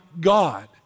God